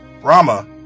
Brahma